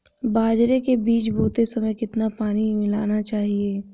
बाजरे के बीज बोते समय कितना पानी मिलाना चाहिए?